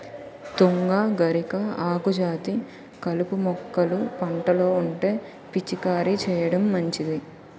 తుంగ, గరిక, ఆకుజాతి కలుపు మొక్కలు పంటలో ఉంటే పిచికారీ చేయడం మంచిది